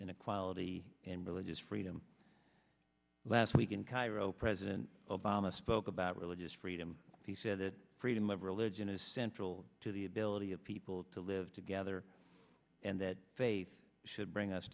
and equality and religious freedom last week in cairo president obama spoke about religious freedom he said that freedom of religion is central to the ability of people to live together and that faith should bring us